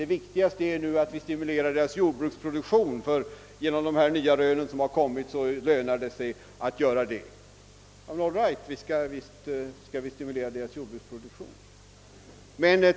Det viktigaste skulle nu vara att stimulera deras jordbruksproduktion, eftersom det enligt de nya rön som kommit fram skulle vara fördelaktigt. Ja, visst skall vi stimulera deras jordbruksproduktion.